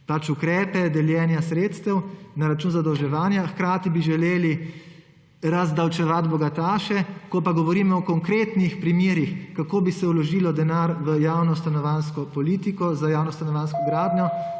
ukrepe deljenja sredstev na račun zadolževanja, hkrati bi želeli razdavčevati bogataše, ko pa govorimo o konkretnih primerih, kako bi se vložilo denar v javno stanovanjsko politiko, za javno stanovanjsko gradnjo,